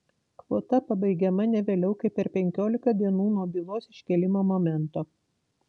kvota pabaigiama ne vėliau kaip per penkiolika dienų nuo bylos iškėlimo momento